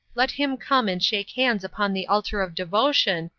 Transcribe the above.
let him come and shake hands upon the altar of devotion,